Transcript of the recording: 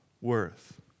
worth